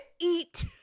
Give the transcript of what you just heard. Eat